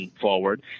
forward